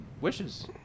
wishes